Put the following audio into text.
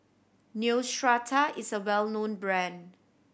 Neostrata is a well known brand